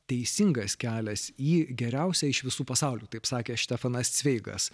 teisingas kelias į geriausią iš visų pasaulių taip sakė štefanas cveigas